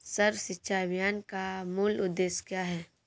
सर्व शिक्षा अभियान का मूल उद्देश्य क्या है?